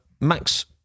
Max